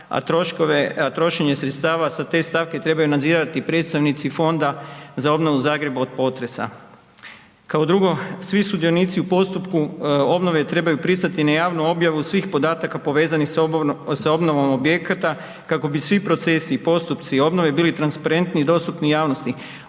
a trošenje sredstava sa te stavke trebaju nadzirati predstavnici Fonda za obnovu Zagreba od potresa. Kao drugo, svi sudionici u postupku obnove trebaju pristati na javnu objavu svih podataka povezanih sa obnovom objekata kako bi svi procesi i postupci obnove bili transparentni i dostupni javnosti.